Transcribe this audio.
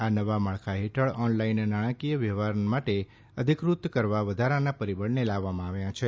આ નવા માળખા હેઠળ ઓનલાઈન નાણાકીય વ્યવહારને માટે અધિકૃત કરવા વધારાના પરિબળને લાવવામાં આવ્યા છે